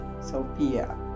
Sophia